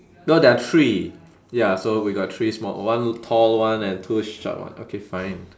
no there are three ya so we got three small one tall one and two short one okay fine